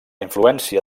influència